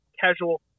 Casual